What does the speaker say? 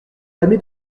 blâmé